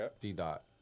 D-Dot